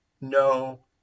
no